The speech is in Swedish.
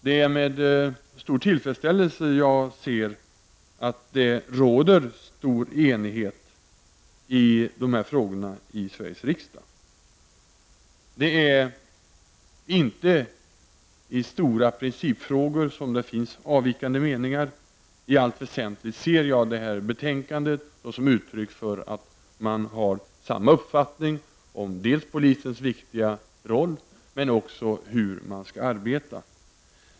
Det är med stor tillfredsställelse som jag ser att det råder bred enighet i de här frågorna i Sveriges riksdag. Det är inte i stora principfrågor som det finns avvikande meningar. I allt väsentligt ser jag utskottets betänkande som ett uttryck för att vi har samma uppfattning dels om polisens viktiga roll, dels om hur man skall arbeta.